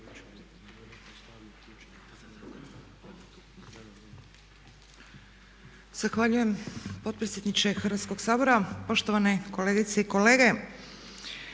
Zahvaljujem potpredsjedniče Hrvatskog sabora, poštovane kolegice i kolege.